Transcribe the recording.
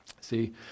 See